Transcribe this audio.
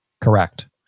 Correct